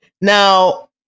Now